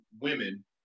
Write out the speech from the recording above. women